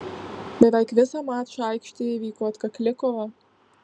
beveik visą mačą aikštėje vyko atkakli kova